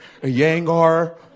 Yangar